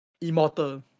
Immortal